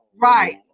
Right